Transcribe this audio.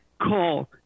call